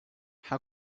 how